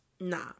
Nah